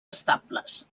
estables